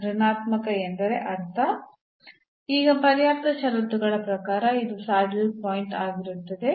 ಋಣಾತ್ಮಕ ಎಂದರೆ ಅರ್ಥ ಈಗ ಪರ್ಯಾಪ್ತ ಷರತ್ತುಗಳ ಪ್ರಕಾರ ಇದು ಸ್ಯಾಡಲ್ ಪಾಯಿಂಟ್ ಸೆಡಲ್ point ಆಗಿರುತ್ತದೆ